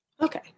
Okay